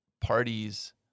parties